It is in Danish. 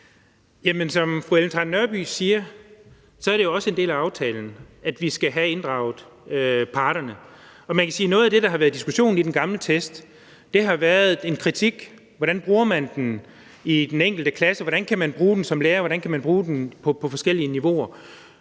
som fru Ellen Trane Nørby siger, er det jo også en del af aftalen, at vi skal have inddraget parterne. Og man kan sige, at noget af det, der har været diskussionen i forbindelse med den gamle test, har været en kritik, i forhold til hvordan man bruger den i den enkelte klasse – hvordan man kan bruge den som lærer, hvordan man kan bruge den på forskellige niveauer.